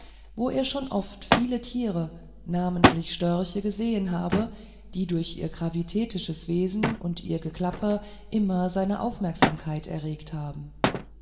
wo er schon oft viele tiere namentlich störche gesehen habe die durch ihr gravitätisches wesen und ihr geklapper immer seine aufmerksamkeit erregt haben